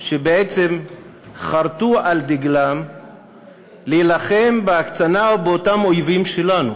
שבעצם חרתו על דגלן להילחם בהקצנה באותם אויבים שלנו.